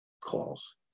calls